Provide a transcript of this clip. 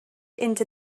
into